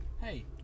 Hey